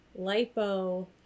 lipo